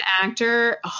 actor